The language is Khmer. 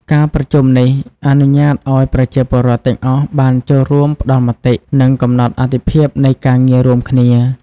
ការប្រជុំនេះអនុញ្ញាតឲ្យប្រជាពលរដ្ឋទាំងអស់បានចូលរួមផ្តល់មតិ និងកំណត់អាទិភាពនៃការងាររួមគ្នា។